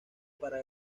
para